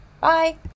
bye